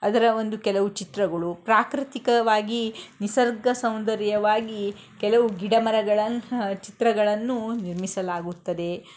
ಅದರ ಒಂದು ಕೆಲವು ಚಿತ್ರಗಳು ಪ್ರಾಕೃತಿಕವಾಗಿ ನಿಸರ್ಗ ಸೌಂದರ್ಯವಾಗಿ ಕೆಲವು ಗಿಡ ಮರಗಳನ್ನು ಚಿತ್ರಗಳನ್ನು ನಿರ್ಮಿಸಲಾಗುತ್ತದೆ